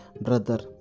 brother